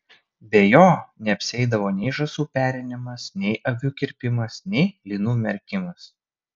be jo neapsieidavo nei žąsų perinimas nei avių kirpimas nei linų merkimas